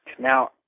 Now